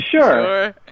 sure